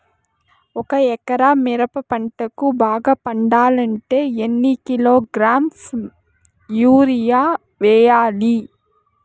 ఒక ఎకరా మిరప పంటకు బాగా పండాలంటే ఎన్ని కిలోగ్రామ్స్ యూరియ వెయ్యాలి?